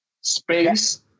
space